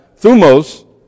thumos